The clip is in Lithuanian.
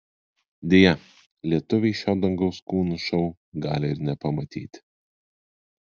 deja lietuviai šio dangaus kūnų šou gali ir nepamatyti